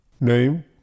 Name